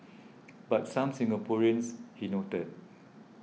but some Singaporeans he noted